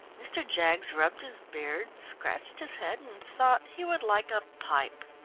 mr. jaggs rubbed his beard, scratched his head and thought he would like a pipe.